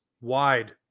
wide